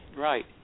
right